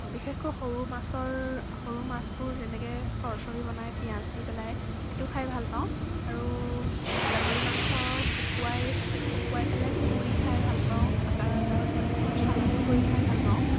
বিশেষকৈ সৰু মাছৰ সৰু মাছবোৰ যেনেকৈ চৰচৰী বনাই পিঁয়াজ দি পেলাই সেইটো খাই ভাল পাওঁ আৰু গাহৰি মাংস শুকুৱাই শুকুৱাই পেলাই পুৰি খাই ভাল পাওঁ গাহৰি মাংসৰ চালাদো কৰি খাই ভাল পাওঁ